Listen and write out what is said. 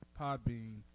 Podbean